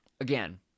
Again